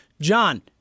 John